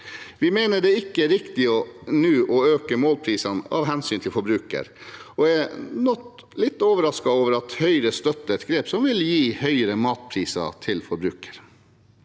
Vi mener det ikke er riktig nå å øke målprisene, av hensyn til forbrukerne, og er nok litt overrasket over at Høyre støtter et grep som vil gi høyere matpriser til forbrukerne.